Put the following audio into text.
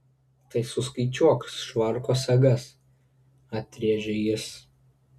tai suskaičiuok švarko sagas atrėžė jis